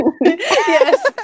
Yes